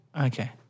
Okay